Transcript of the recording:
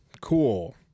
cool